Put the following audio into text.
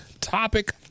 Topic